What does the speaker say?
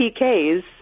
PKs